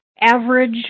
average